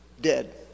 dead